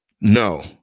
No